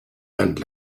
and